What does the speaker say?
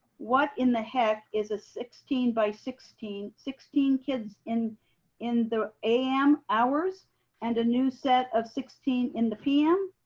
what in the heck is a sixteen by sixteen sixteen kids in in the a m. hours and a new set of sixteen in the p m?